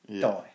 die